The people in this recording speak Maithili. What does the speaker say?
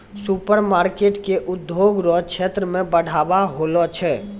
सुपरमार्केट से उद्योग रो क्षेत्र मे बढ़ाबा होलो छै